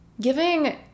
Giving